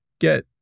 get